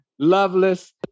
Loveless